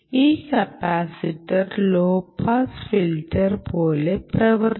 ഈ capacitor low pass filter പോലെ പ്രവർത്തിക്കുന്നു